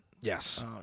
Yes